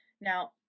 Now